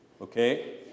Okay